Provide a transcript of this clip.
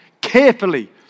carefully